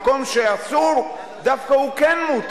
ביקשנו שהות על מנת שאפשר יהיה לדחות את ההצבעה ולתת תשובה במועד